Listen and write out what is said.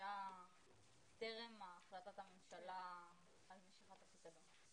הוגשה טרם החלטת הממשלה על משיכת הפיקדון.